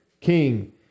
king